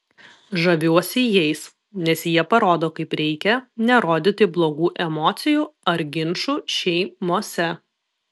žaviuosi jais nes jie parodo kaip reikia nerodyti blogų emocijų ar ginčų šeimose